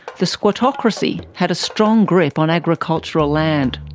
the squattocracy had a strong grip on agricultural land,